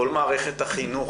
כל מערכת החינוך,